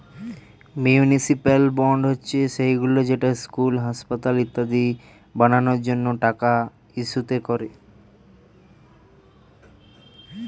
municipal bond হচ্ছে সেইগুলো যেটা স্কুল, হাসপাতাল ইত্যাদি বানানোর জন্য টাকা ইস্যু করে